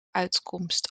uitkomst